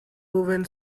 woven